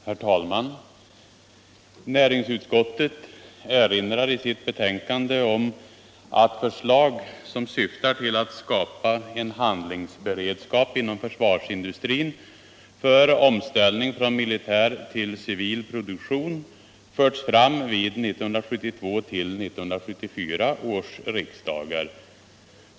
Herr talman! Näringsutskottet erinrar i sitt betänkande om att förslag som syftar till att skapa en handlingsberedskap inom försvarsindustrin för omställning från militär till civil produktion förts fram vid 1972-1974 års riksdagar.